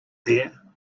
there